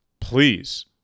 please